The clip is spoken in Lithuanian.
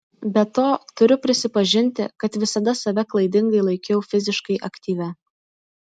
be to turiu prisipažinti kad visada save klaidingai laikiau fiziškai aktyvia